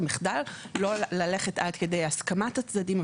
המחדל לא ללכת עד כדי הסכמת הצדדים,